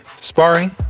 sparring